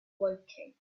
woking